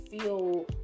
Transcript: feel